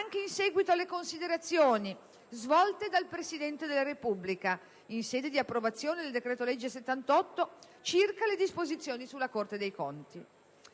anche in seguito alle considerazioni svolte dal Presidente della Repubblica, in sede di approvazione del decreto-legge n. 78 del 2009, circa le disposizioni sulla Corte dei conti.